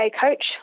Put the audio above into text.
coach